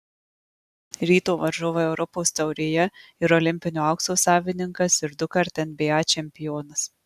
ryto varžovai europos taurėje ir olimpinio aukso savininkas ir dukart nba čempionas